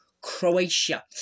Croatia